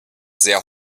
sehr